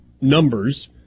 numbers